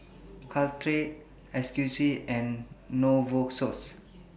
Caltrate Ocuvite and Novosource